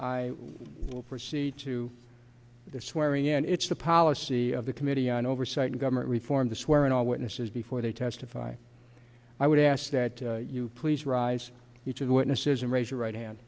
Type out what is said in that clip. will proceed to the swearing in it's the policy of the committee on oversight and government reform to swear in all witnesses before they testify i would ask that you please rise each of the witnesses and raise your right hand